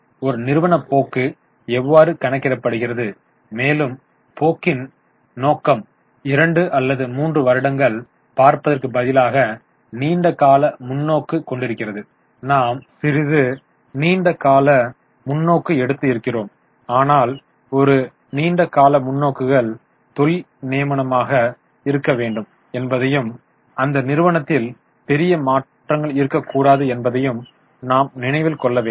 ஆகவே ஒரு நிறுவன போக்கு எவ்வாறு கணக்கிடப்படுகிறது மேலும் போக்கின் நோக்கம் 2 அல்லது 3 வருடங்கள் பார்ப்பதற்குப் பதிலாக நீண்ட கால முன்னோக்கு கொண்டிருக்கிறது நாம் சிறிது நீண்ட கால முன்னோக்கு எடுத்து இருக்கிறோம் ஆனால் ஒரு நீண்ட கால முன்னோக்குகள் தொழில் நியாயமானதாக இருக்க வேண்டும் என்பதையும் அந்த நிறுவனத்தில் பெரிய மாற்றங்கள் இருக்க கூடாது என்பதையும் நாம் நினைவில் கொள்ள வேண்டும்